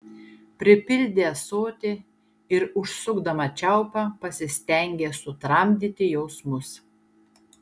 pripildė ąsotį ir užsukdama čiaupą pasistengė sutramdyti jausmus